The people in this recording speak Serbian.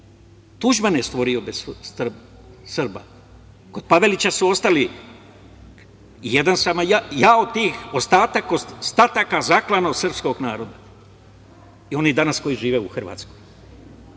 Tuđman je stvorio bez Srba. Kod Pavelića su ostali, jedan sam ja od tih, ostataka zaklanog srpskog naroda, oni koji danas žive u Hrvatskoj.